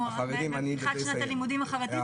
אנחנו בפתיחת שנת הלימודים החרדית.